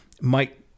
mike